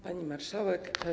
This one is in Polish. Pani Marszałek!